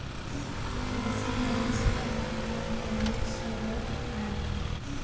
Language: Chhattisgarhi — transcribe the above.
किरसी ह देस के आय म परमुख सरोत आय